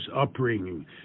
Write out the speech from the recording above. upbringing